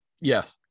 Yes